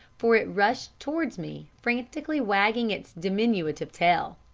for it rushed towards me, frantically wagging its diminutive tail.